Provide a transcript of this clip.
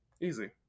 Easy